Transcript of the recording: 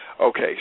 Okay